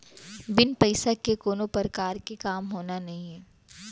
बिन पइसा के कोनो परकार के काम होना नइये